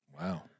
Wow